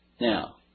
Now